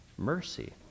mercy